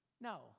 No